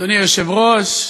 אדוני היושב-ראש,